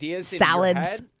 salads